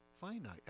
finite